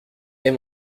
est